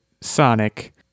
Sonic